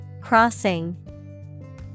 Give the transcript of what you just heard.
Crossing